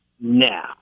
now